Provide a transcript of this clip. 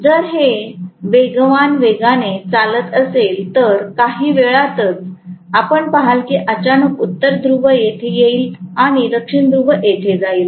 जर हे वेगवान वेगाने चालत असेल तर काही वेळातच आपण पहाल की अचानक उत्तर ध्रुव येथे येईल आणि दक्षिण ध्रुव येथे येईल